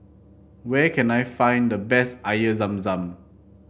where can I find the best Air Zam Zam